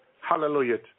Hallelujah